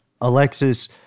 Alexis